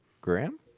Graham